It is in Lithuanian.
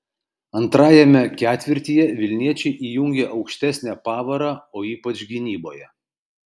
antrajame ketvirtyje vilniečiai įjungė aukštesnę pavarą o ypač gynyboje